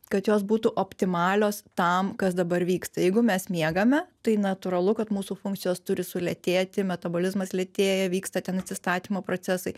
kad jos būtų optimalios tam kas dabar vyksta jeigu mes miegame tai natūralu kad mūsų funkcijos turi sulėtėti metabolizmas lėtėja vyksta ten atsistatymo procesai